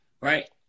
right